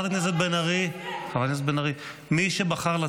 לא היה מי שיפריע.